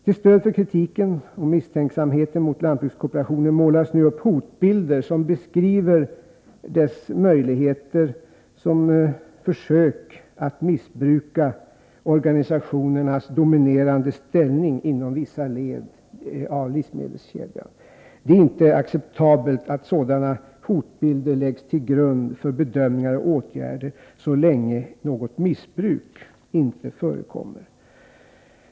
Till stöd för kritiken och misstänksamheten mot lantbrukskooperationen målar man nu upp hotbilder, som beskriver dess möjligheter som försök att missbruka organisationernas dominerande ställning inom vissa led i livsmedelskedjan. Det är inte acceptabelt att sådana hotbilder läggs till grund för bedömningar och åtgärder, så länge något missbruk inte förekommer.